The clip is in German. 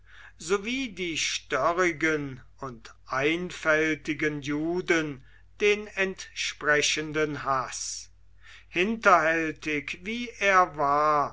wie die störrigen und einfältigen juden den entsprechenden haß hinterhältig wie er war